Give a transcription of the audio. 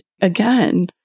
again